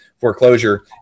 foreclosure